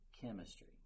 chemistry